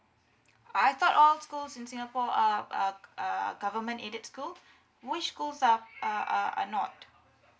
I thought all schools in singapore are are are government aided school which school are are are are not